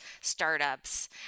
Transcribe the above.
startups